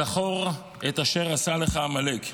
"זכור את אשר עשה לך עמלק"